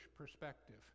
perspective